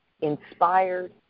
inspired